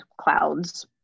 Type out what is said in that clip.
clouds